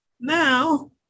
now